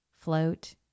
float